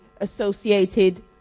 Associated